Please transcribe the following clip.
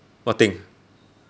what thing